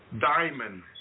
Diamond